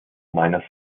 minor